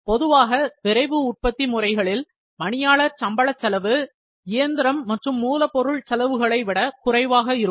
பொதுவாக விரைவு உற்பத்தி முறைகளில் பணியாளர் சம்பள செலவு இயந்திரம் மற்றும் மூலப்பொருள் செலவுகளை விட குறைவாக இருக்கும்